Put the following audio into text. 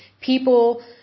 people